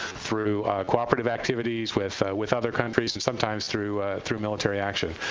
through cooperative activities with with other countries and sometimes through through military action.